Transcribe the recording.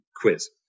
quiz